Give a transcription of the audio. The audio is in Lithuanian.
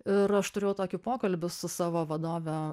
ir aš turėjau tokį pokalbį su savo vadove